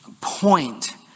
point